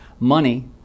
money